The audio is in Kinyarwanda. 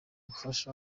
gufasha